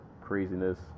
craziness